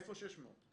איפה 600?